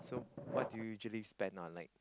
so what do you usually spend on like